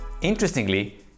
Interestingly